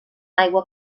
aigua